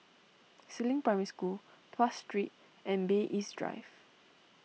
Si Ling Primary School Tuas Street and Bay East Drive